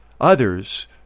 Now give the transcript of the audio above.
Others